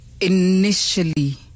initially